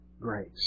grace